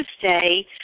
Tuesday